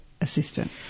assistant